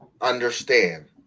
understand